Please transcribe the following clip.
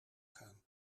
gaan